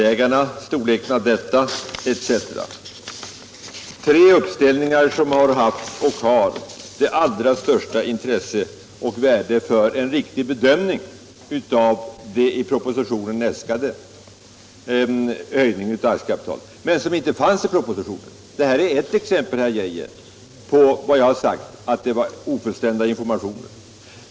Det är uppgifter som har haft och har det allra största intresse och värde för en riktig bedömning av den i propositionen äskade höjningen av aktiekapitalet men som inte finns i propositionen. Det är ett exempel, herr Geijer, på vad jag har sagt om att det var ofullständiga informationer.